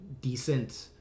decent